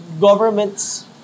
governments